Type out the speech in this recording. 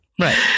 Right